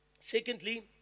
Secondly